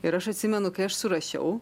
ir aš atsimenu kai aš surašiau